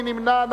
מי נמנע?